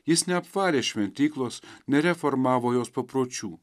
jis neapvalė šventyklos nereformavo jos papročių